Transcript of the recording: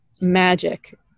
magic